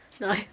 no